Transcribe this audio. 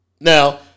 Now